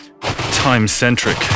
time-centric